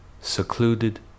secluded